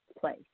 place